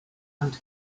and